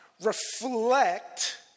Reflect